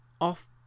off